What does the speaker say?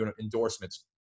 endorsements